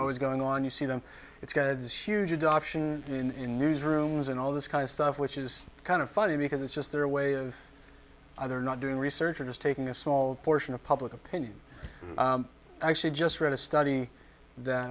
always going on you see them it's god's huge adoption in newsrooms and all this kind of stuff which is kind of funny because it's just their way of either not doing research or just taking a small portion of public opinion actually just read a study that